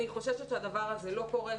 אני חוששת שהדבר הזה לא קורה.